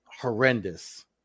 horrendous